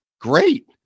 great